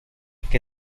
que